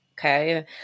okay